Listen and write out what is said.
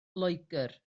loegr